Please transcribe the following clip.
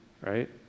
right